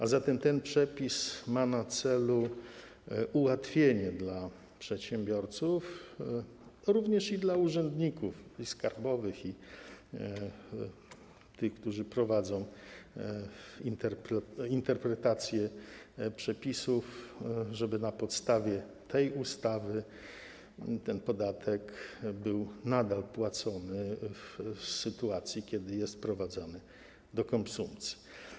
A zatem ten przepis ma na celu ułatwienie dla przedsiębiorców, również dla urzędników - i skarbowych, i tych, którzy prowadzą interpretację przepisów - żeby na podstawie tej ustawy ten podatek był nadal płacony w sytuacji, kiedy jest wprowadzany do konsumpcji.